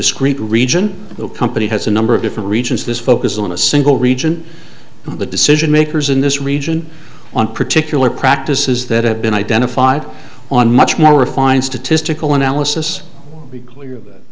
discrete region the company has a number of different regions this focus on a single region the decision makers in this region on particular practices that have been identified on much more refined statistical analysis be clear that